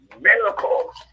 miracles